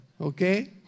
Okay